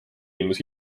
ilmus